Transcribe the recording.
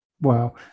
Wow